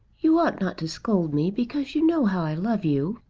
you ought not to scold me, because you know how i love you.